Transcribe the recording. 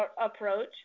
approach